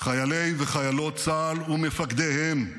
חיילי וחיילות צה"ל ומפקדיהם,